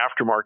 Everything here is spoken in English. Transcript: aftermarket